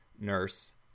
nurse